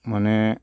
মানে